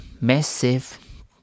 massive